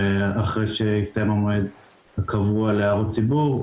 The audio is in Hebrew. ואחרי שיסתיים המועד הקבוע להערות ציבור,